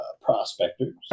prospectors